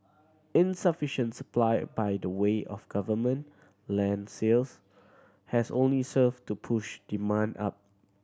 insufficient supply by the way of government land sales has only served to push demand up